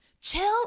chill